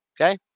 Okay